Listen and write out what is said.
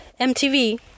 mtv